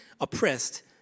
oppressed